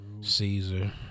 Caesar